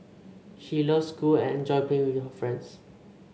she loves school and enjoys playing with her friends